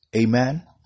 Amen